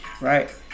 right